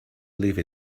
leave